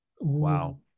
Wow